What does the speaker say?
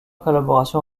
collaboration